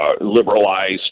liberalized